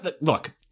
look